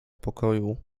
pokoju